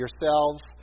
yourselves